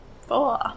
Four